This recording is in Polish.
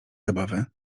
zabawy